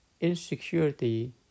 insecurity